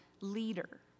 leader